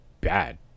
bad